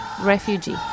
refugee